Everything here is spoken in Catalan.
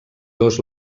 dos